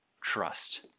trust